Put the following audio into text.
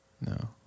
No